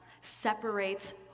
separates